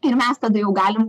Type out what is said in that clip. ir mes tada jau galim